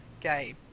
game